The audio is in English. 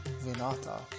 Vinata